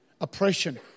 oppression